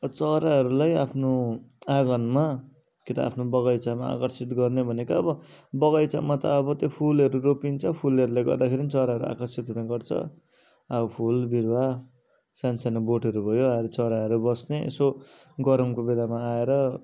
चराहरूलाई आफ्नो आँगनमा कि त आफ्नो बगैँचामा आकर्षित गर्ने भनेको अब बगैँचामा त अब त्यो फुलहरू रोपिन्छ फुलहरूले गर्दाखेरि चराहरू आकर्षित हुने गर्छ अब फुल बिरुवा सान्सानो बोटहरू भयो आएर चराहरू बस्ने यसो गरमको बेलामा आएर